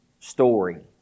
story